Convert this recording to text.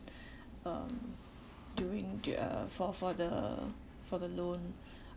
uh during the uh for for the for the loan